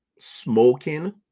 smoking